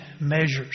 measures